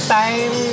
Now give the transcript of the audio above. time